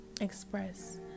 express